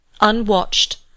unwatched